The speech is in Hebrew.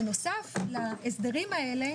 בנוסף להסדרים האלה,